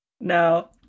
No